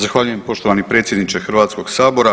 Zahvaljujem poštovani predsjedniče Hrvatskog sabora.